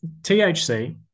thc